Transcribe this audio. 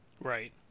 Right